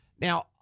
Now